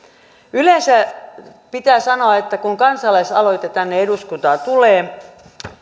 yleensä pitää sanoa että kun kansalaisaloite tänne eduskuntaan tulee